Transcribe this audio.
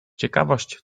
ciekawość